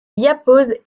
diapause